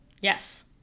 Yes